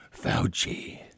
Fauci